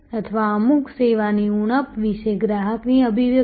અથવા અમુક સેવાની ઉણપ વિશે ગ્રાહકની અભિવ્યક્તિ